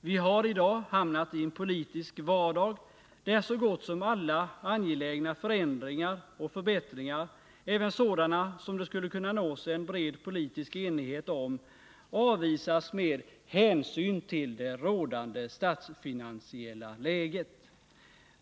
Vi har i dag hamnat i en politisk vardag där så gott som alla angelägna förändringar och förbättringar, även sådana som det skulle kunna nås en bred politisk enighet om, avvisas med ”hänsyn till det rådande statsfinansiella läget”.